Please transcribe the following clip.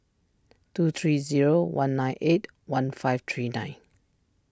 two three zero one nine eight one five three nine